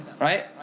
right